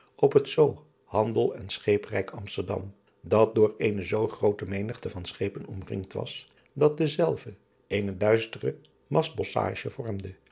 op het zoo handel en scheeprijk msterdam dat door eene zoo groote menigte van schepen omringd was dat dezelve eene duistere mastbosschaadje vormde